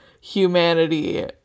humanity